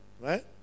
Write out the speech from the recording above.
right